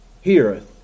heareth